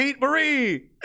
Marie